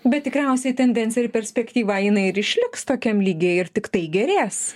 bet tikriausiai tendencija ir perspektyva jinai ir išliks tokiam lygyje ir tiktai gerės